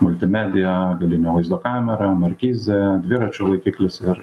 multimedija galinio vaizdo kamera markizė dviračių laikiklis ir